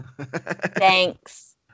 Thanks